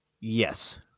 Yes